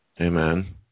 Amen